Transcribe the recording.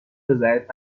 رضایت